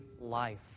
life